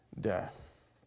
death